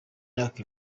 myaka